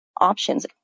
options